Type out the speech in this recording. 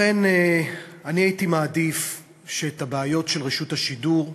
לכן אני הייתי מעדיף שאת הבעיות של רשות השידור,